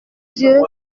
yeux